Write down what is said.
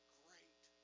great